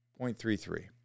0.33